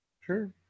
Sure